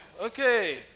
Okay